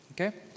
Okay